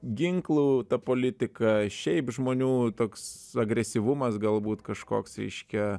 ginklų ta politika šiaip žmonių toks agresyvumas galbūt kažkoks reiškia